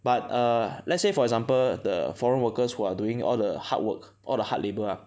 but err let's say for example the foreign workers who are doing all the hard work all the hard labour ah